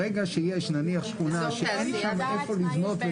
ברגע שיש שכונה שאין שם איפה לבנות,